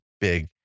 big